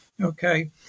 okay